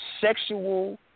sexual